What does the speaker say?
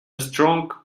strong